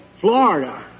Florida